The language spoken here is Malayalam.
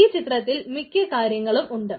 ഈ ചിത്രത്തിൽ മിക്ക കാര്യങ്ങളും ഉണ്ട്